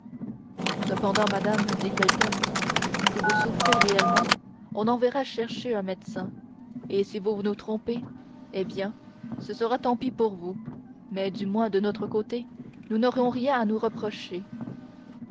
cependant madame dit felton si vous souffrez réellement on enverra chercher un médecin et si vous nous trompez eh bien ce sera tant pis pour vous mais du moins de notre côté nous n'aurons rien à nous reprocher